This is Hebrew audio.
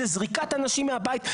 זה זריקת אנשים מהבית,